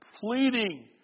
pleading